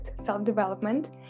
self-development